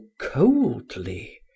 coldly